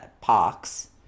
pox